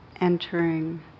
Entering